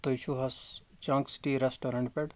تُہۍ چھُو حظ چَنٛک سِٹی رٮ۪سٹورنٛٹ پٮ۪ٹھ